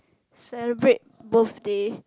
celebrate birthday